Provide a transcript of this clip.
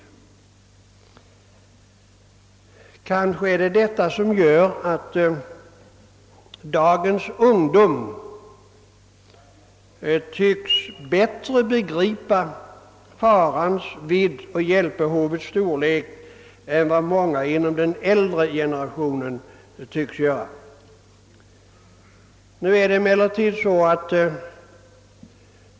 Kanske är det detta som gör att dagens ungdom tycks bättre begripa farans vidd och hjälpbehovets storlek än vad många av den äldre generationen synes göra.